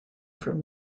from